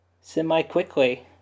semi-quickly